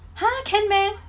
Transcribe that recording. !huh! can meh